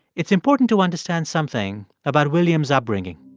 it's important to understand something about william's upbringing.